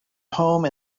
home